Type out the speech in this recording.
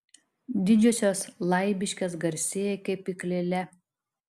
didžiosios laibiškės garsėja kepyklėle